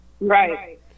right